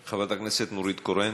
חברת הכנסת נורית קורן.